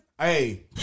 Hey